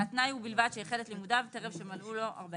והתנאי הוא בלבד שהחל את לימודיו טרם שמלאו לו 40 שנה.